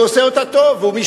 והוא עושה אותה טוב,